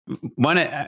one